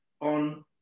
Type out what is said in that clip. on